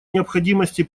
необходимости